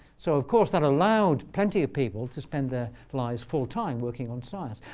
so of course, that allowed plenty of people to spend their lives full time working on science.